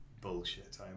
bullshit